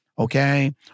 Okay